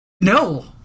No